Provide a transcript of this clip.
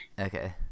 okay